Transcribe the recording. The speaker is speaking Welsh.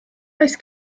oes